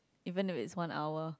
even if it's one hour